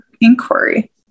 inquiry